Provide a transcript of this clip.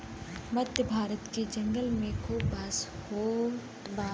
मध्य भारत के जंगल में खूब बांस होत हौ